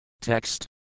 Text